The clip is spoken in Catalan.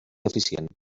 eficient